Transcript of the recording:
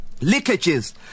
Leakages